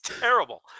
terrible